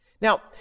Now